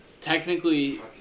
technically